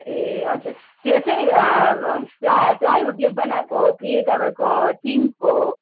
ए हजुर त्यो चाहिँ प्लाइ प्लाइवुडले बनाएको हो कि तपाईँको टिनको हो